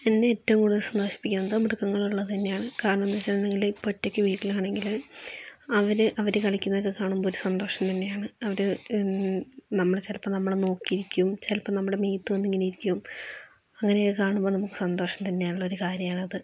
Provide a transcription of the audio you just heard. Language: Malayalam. എന്നെ ഏറ്റവും കൂടുതൽ സന്തോഷിപ്പിക്കുന്നത് മൃഗങ്ങൾ ഉള്ളത് തന്നെയാണ് കാരണം എന്ന് വെച്ച് കഴിഞ്ഞാൽ ഇപ്പം ഒറ്റയ്ക്ക് വീട്ടിലാണെങ്കിൽ അവർ അവർ കളിക്കുന്നതൊക്കെ കാണുമ്പോൾ ഒരു സന്തോഷം തന്നെയാണ് അവർ നമ്മളെ ചിലപ്പോൾ നമ്മളെ നോക്കിയിരിക്കും ചിലപ്പോൾ നമ്മുടെ മേത്ത് വന്നിങ്ങനെ ഇരിക്കും അങ്ങനെയൊക്കെ കാണുമ്പോൾ നമുക്ക് സന്തോഷം തന്നെയുള്ള ഒരു കാര്യമാണത്